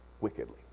wickedly